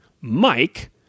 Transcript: Mike